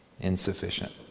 insufficient